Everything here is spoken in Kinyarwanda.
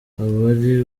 abari